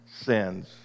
sins